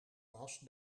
was